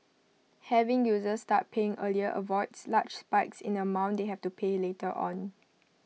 having users start paying earlier avoids large spikes in the amount they have to pay later on